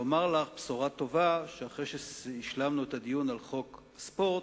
בשורה טובה, שאחרי שהשלמנו את הדיון על חוק ספורט,